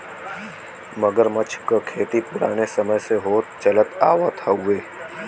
मगरमच्छ क खेती पुराने समय से होत चलत आवत हउवे